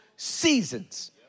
Seasons